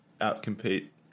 out-compete